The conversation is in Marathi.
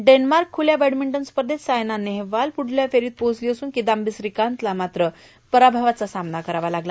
डेन्मार्क खुल्या बॅडमिंटन स्पर्धेत सायना नेहवाल पुढल्या फेरीत पोहोचली असून किदाम्बी श्रीकान्तला पराभवाचा सामना करावा लागला